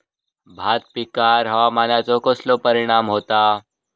भात पिकांर हवामानाचो कसो परिणाम होता?